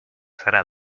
serà